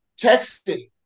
texting